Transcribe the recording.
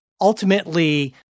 ultimately